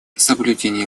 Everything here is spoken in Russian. соблюдение